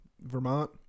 Vermont